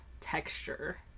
texture